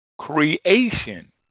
creation